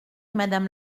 madame